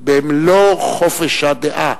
במלוא חופש הדעה